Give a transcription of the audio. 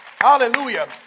Hallelujah